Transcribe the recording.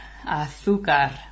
Azúcar